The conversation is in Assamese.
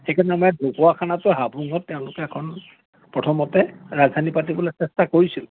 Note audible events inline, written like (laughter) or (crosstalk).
সেইকাৰণে (unintelligible) তেওঁলোকে এখন প্ৰথমতে ৰাজধানী পাতিবলৈ চেষ্টা কৰিছিল